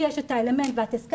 כי יש את האלמנט שהזכרת,